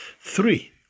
Three